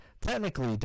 technically